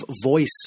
voice